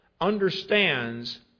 understands